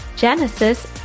Genesis